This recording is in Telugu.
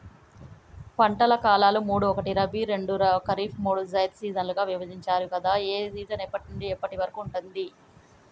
పంటల కాలాలు మూడు ఒకటి రబీ రెండు ఖరీఫ్ మూడు జైద్ సీజన్లుగా విభజించారు కదా ఏ సీజన్ ఎప్పటి నుండి ఎప్పటి వరకు ఉంటుంది?